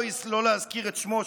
לא הזכירו את שמו,